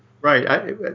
Right